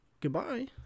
Goodbye